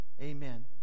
Amen